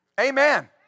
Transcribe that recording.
Amen